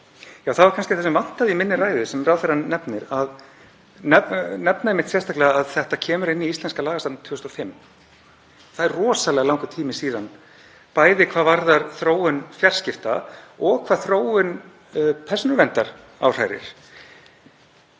Það sem kannski vantaði í mína ræðu er það sem ráðherrann nefnir, að nefna einmitt sérstaklega að þetta kemur inn í íslenska lagasafnið 2005. Það er rosalega langur tími síðan, bæði hvað varðar þróun fjarskipta og hvað þróun persónuverndar áhrærir.